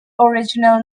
aboriginal